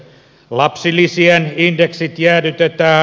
lapsilisien indeksit jäädytetään